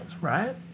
right